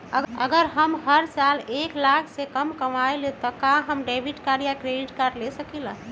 अगर हम हर साल एक लाख से कम कमावईले त का हम डेबिट कार्ड या क्रेडिट कार्ड ले सकीला?